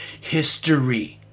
history